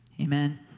Amen